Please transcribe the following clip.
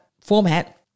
format